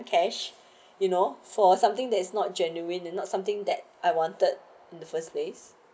cash you know for something that is not genuine and not something that I wanted in the first place